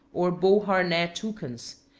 or beauharnais toucans,